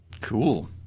Cool